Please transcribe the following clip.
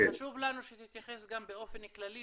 גם חשוב לנו שתתייחס באופן כללי,